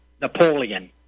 Napoleon